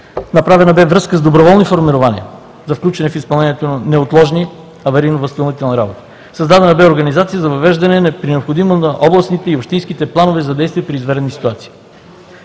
направена бе връзка с доброволни формирования за включване в изпълнението на неотложни аварийно-възстановителни работи; създадена бе организация за въвеждане при необходимост на областните и общинските планове за действия при извънредни ситуации;